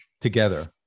together